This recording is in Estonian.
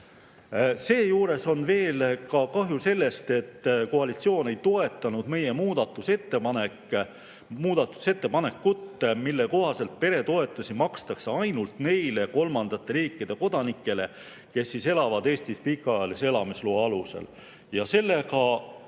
Seejuures on kahju ka sellest, et koalitsioon ei toetanud meie muudatusettepanekut, mille kohaselt peretoetusi makstaks ainult neile kolmandate riikide kodanikele, kes elavad Eestis pikaajalise elamisloa alusel. Jutt